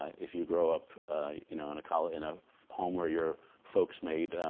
if you grow up you know in a college, in a home where your folks made